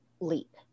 leap